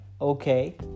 okay